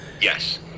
Yes